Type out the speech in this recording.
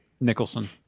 Nicholson